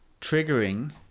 triggering